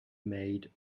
maid